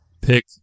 pick